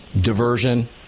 diversion